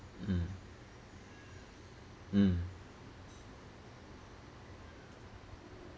mm mm